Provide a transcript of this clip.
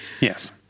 Yes